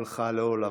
הלכה לעולמה,